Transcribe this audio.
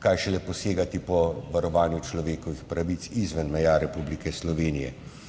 kaj šele posegati po varovanju človekovih pravic izven meja Republike Slovenije.